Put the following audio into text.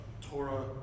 Torah